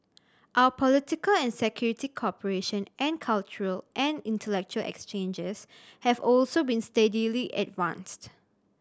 our political and security cooperation and cultural and intellectual exchanges have also been steadily advanced